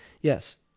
yes